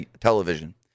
television